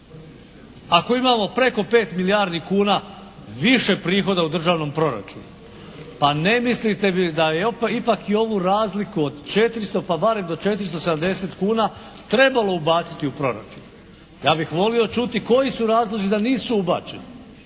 Ako imamo preko 5 milijardi kuna više prihoda u državnom proračunu pa ne mislite li da je ipak i ovu razliku od 400 pa barem do 470 kuna trebalo ubaciti u proračun. Ja bih volio čuti koji su razlozi da nisu ubačeni.